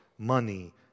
money